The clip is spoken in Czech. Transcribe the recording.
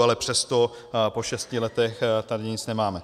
Ale přesto po šesti letech tady nic nemáme.